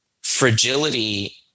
fragility